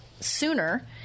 sooner